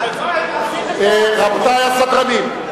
רבותי הסדרנים.